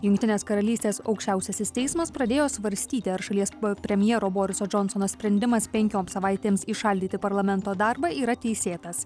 jungtinės karalystės aukščiausiasis teismas pradėjo svarstyti ar šalies premjero boriso džonsono sprendimas penkioms savaitėms įšaldyti parlamento darbą yra teisėtas